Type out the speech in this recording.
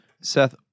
Seth